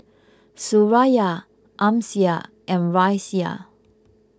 Suraya Amsyar and Raisya